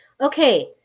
Okay